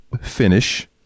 finish